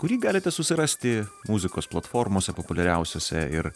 kurį galite susirasti muzikos platformose populiariausiose ir